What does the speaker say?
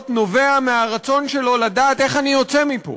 נובע מהרצון שלו לדעת: איך אני יוצא מפה.